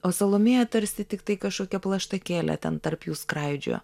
o salomėja tarsi tiktai kažkokia plaštakėlė ten tarp jų skraidžiojo